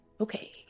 okay